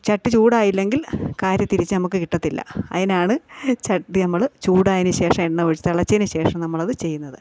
ചട്ടി ചൂടായില്ലെങ്കിൽ കാരിതിരിച്ച് നമുക്ക് കിട്ടത്തില്ല അതിനാണ് ചട്ടി നമ്മൾ ചൂടായതിന് ശേഷം എണ്ണയൊഴി തിളച്ചതിന് ശേഷം നമ്മളത് ചെയ്യുന്നത്